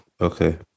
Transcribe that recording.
okay